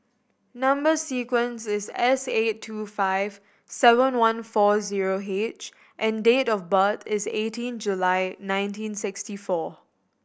number sequence is S eight two five seven one four zero H and date of birth is eighteen July nineteen sixty four